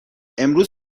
امروز